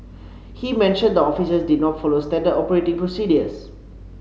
he mentioned the officers did not follow standard operating procedures